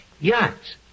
Yachts